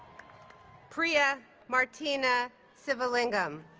priya martina sivalingam